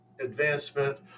advancement